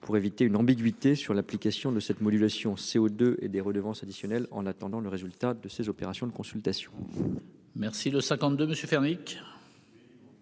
pour éviter une ambiguïté sur l'application de cette modulation CO2 et des redevances additionnel en attendant le résultat de ces opérations de consultation. Merci de 52 Monsieur.--